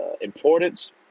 importance